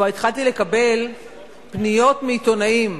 פניות מעיתונאים